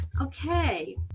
Okay